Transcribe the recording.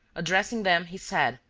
addressing them, he said,